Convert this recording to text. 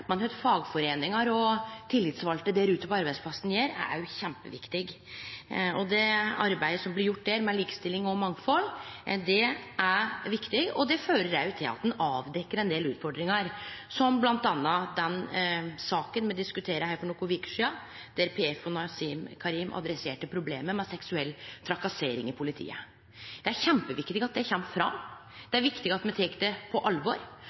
men kva fagforeiningar og tillitsvalde der ute på arbeidsplassen gjer, er kjempeviktig. Det arbeidet med likestilling og mangfald som blir gjort der, er viktig. Det fører òg til at ein avdekkjer ein del utfordringar, som bl.a. den saka me diskuterte her for nokre veker sidan, der PF og Nasim Karim adresserte problemet med seksuell trakassering i politiet. Det er kjempeviktig at det kjem fram, det er viktig at me tek det på alvor,